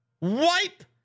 Wipe